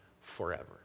forever